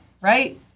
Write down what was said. right